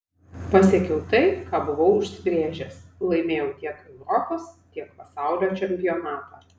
pasiekiau tai ką buvau užsibrėžęs laimėjau tiek europos tiek pasaulio čempionatą